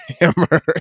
hammer